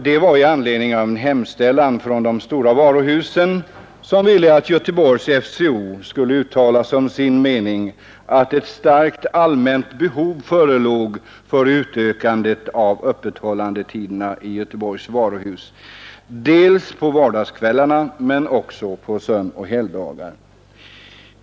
Det var i anledning av en hemställan från de stora varuhusen, som ville att Göteborgs FCO skulle uttala som sin mening att ett starkt allmänt behov förelåg av utökade öppethållandetider i Göteborgs varuhus dels på vardagskvällarna, dels också på sönoch helgdagar.